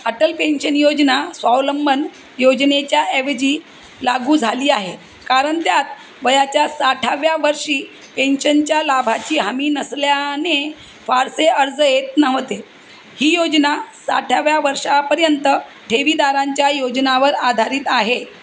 Atal pension योजना स्वावलंबन योजनेच्या ऐवजी लागू झाली आहे कारण त्यात वयाच्या साठाव्या वर्षी पेन्शनच्या लाभाची हमी नसल्याने फारसे अर्ज येत नव्हते ही योजना साठाव्या वर्षापर्यंत ठेवीदारांच्या योजनावर आधारित आहे